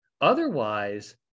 Otherwise